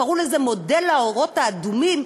קראו לזה מודל האורות האדומים,